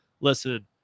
listen